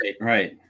Right